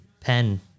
pen